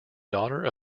daughter